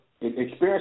experience